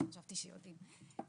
חשבתי שיודעים.